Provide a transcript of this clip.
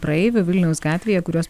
praeivių vilniaus gatvėje kuriuos